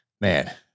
man